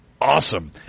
awesome